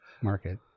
market